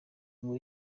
ngo